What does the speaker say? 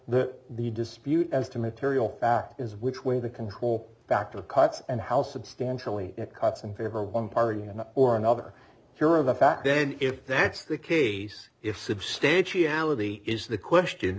the the dispute as to material fact is which way the control factor cuts and how substantially cuts in favor one party or another here of a fact then if that's the case if substantiality is the question